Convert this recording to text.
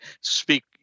speak